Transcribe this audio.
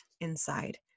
inside